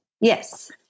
Yes